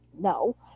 no